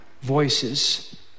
voices